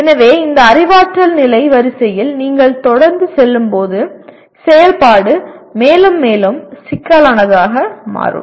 எனவே இந்த அறிவாற்றல் நிலை வரிசையில் நீங்கள் தொடர்ந்து செல்லும்போது செயல்பாடு மேலும் மேலும் சிக்கலானதாக மாறும்